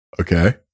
Okay